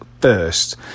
first